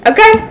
Okay